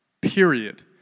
period